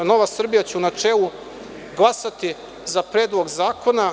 Nova Srbija će u načelu glasati za Predlog zakona.